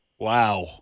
Wow